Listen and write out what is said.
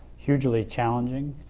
hugely challenging.